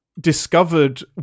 discovered